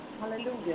Hallelujah